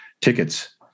tickets